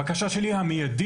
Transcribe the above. הבקשה שלי המיידית,